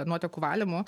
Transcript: nuotekų valymu